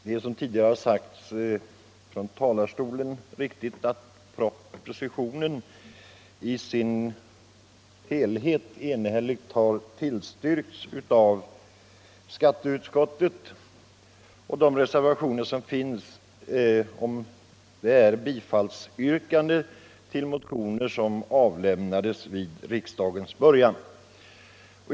Fru talman! Det är riktigt, som det tidigare i debatten har sagts, att propositionen i dess helhet enhälligt har tillstyrkts av skatteutskottet. De reservationer som fogats till betänkandet yrkar bifall till motionen som avlämnades vid riksdagens början.